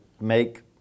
make